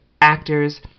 actors